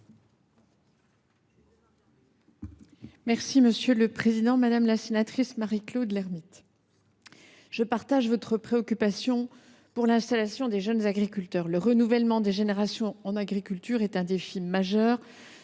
est à Mme la ministre. Madame la sénatrice Marie Claude Lermytte, je partage votre préoccupation pour l’installation des jeunes agriculteurs. Le renouvellement des générations en agriculture est un défi majeur